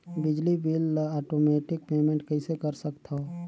बिजली बिल ल automatic payment कइसे कर सकथव?